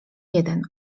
jeden